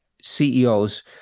ceos